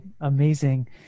Amazing